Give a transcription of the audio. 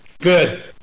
Good